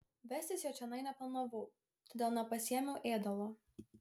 vestis jo čionai neplanavau todėl nepasiėmiau ėdalo